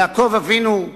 יעקב אבינו,